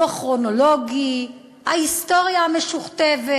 לוח כרונולוגי, ההיסטוריה המשוכתבת.